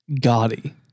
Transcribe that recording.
gaudy